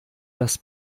das